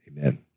Amen